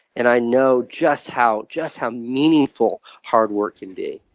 and i know just how just how meaningful hard work can be.